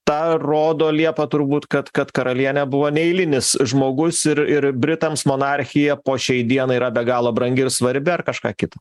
tą rodo liepa turbūt kad kad karalienė buvo neeilinis žmogus ir ir britams monarchija po šiai dienai yra be galo brangi ir svarbi ar kažką kitą